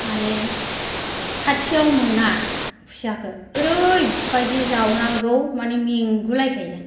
माने खाथियाव मोना खुसियाखो ओरैबायदि जावनांगौ माने मेंगुलायखायो